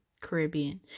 Caribbean